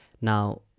Now